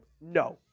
No